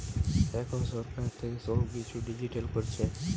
এখন সরকার থেকে সব কিছু ডিজিটাল করছে